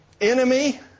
Enemy